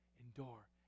Endure